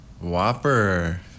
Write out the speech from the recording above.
Whopper